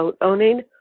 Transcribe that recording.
owning